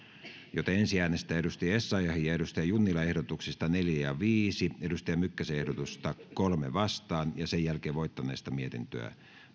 joten ensin äänestetään sari essayahin ja vilhelm junnilan ehdotuksista neljä ja viisi kai mykkäsen ehdotusta kolmeen vastaan ja sen jälkeen voittaneesta mietintöä